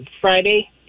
Friday